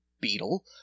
beetle